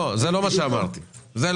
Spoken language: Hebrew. זה לא מה שאמרתי.